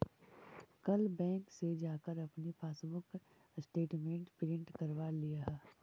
कल बैंक से जाकर अपनी पासबुक स्टेटमेंट प्रिन्ट करवा लियह